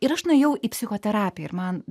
ir aš nuėjau į psichoterapiją ir man